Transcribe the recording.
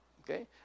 Okay